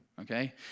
okay